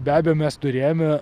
be abejo mes turėjome